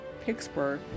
Pittsburgh